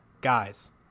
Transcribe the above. guys –